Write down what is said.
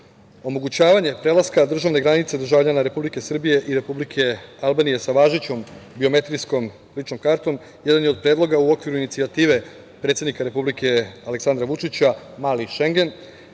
godine. Omogućavanje prelaska državne granice državljana Republike Srbije i državljana Republike Albanije sa važećom biometrijskom ličnom kartom jedan je od predloga u okviru inicijative predsednika Republike Aleksandra Vučića „Mali Šengen“